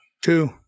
Two